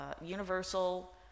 Universal